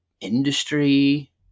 industry